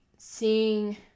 seeing